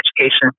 Education